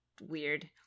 weird